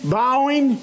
bowing